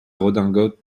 redingote